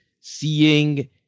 seeing